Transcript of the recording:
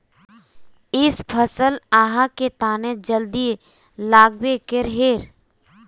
इ फसल आहाँ के तने जल्दी लागबे के रहे रे?